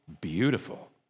beautiful